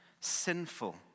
sinful